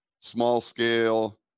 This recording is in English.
small-scale